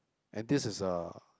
and this is uh